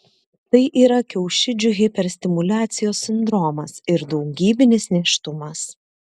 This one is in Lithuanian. tai yra kiaušidžių hiperstimuliacijos sindromas ir daugybinis nėštumas